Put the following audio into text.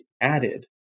added